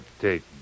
take